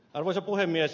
arvoisa puhemies